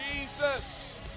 Jesus